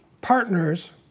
partners